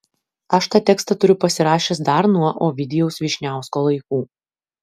aš tą tekstą turiu pasirašęs dar nuo ovidijaus vyšniausko laikų